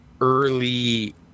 early